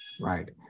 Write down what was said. right